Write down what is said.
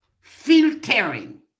filtering